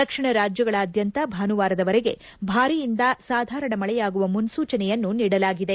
ದಕ್ಷಿಣ ರಾಜ್ಯಗಳಾದ್ಯಂತ ಭಾನುವಾರದವರೆಗೆ ಭಾರಿಯಿಂದ ಸಾಧಾರಣ ಮಳೆಯಾಗುವ ಮುನ್ಪೂ ಚನೆಯನ್ನು ನೀಡಲಾಗಿದೆ